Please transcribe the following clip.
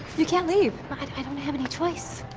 you can't leave. i don't have any choice.